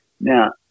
Now